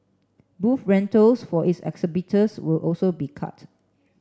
booth rentals for its exhibitors will also be cut